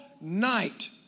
night